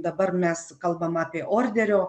dabar mes kalbam apie orderio